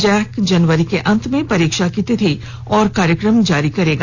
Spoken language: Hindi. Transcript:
जैक जनवरी के अंत में परीक्षा की तिथि और कार्यक्रम जारी कर देगा